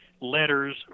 letters